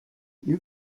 you